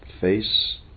face